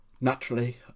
Naturally